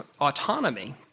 autonomy